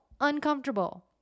uncomfortable